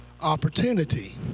opportunity